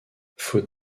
faute